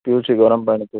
ପିଉଛି ଗରମ ପାଣି ପିଉଛି